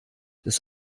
des